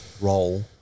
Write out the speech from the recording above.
role